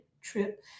trip